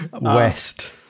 West